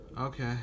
Okay